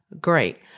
great